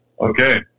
Okay